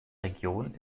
region